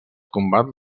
combat